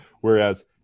whereas